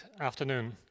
afternoon